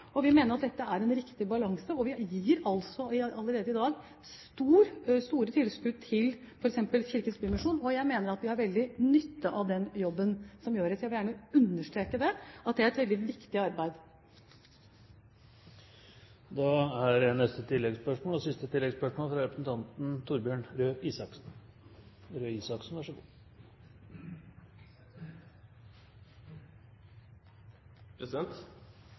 og vi mener at dette er en riktig balanse. Vi gir allerede i dag store tilskudd til f.eks. Kirkens Bymisjon, og jeg mener at vi har veldig nytte av den jobben som gjøres. Jeg vil gjerne understreke det, at det er et veldig viktig arbeid. Torbjørn Røe Isaksen – til siste